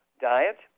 diet